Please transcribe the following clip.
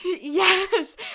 yes